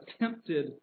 attempted